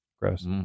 gross